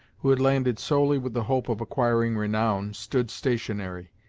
who had landed solely with the hope of acquiring renown, stood stationary,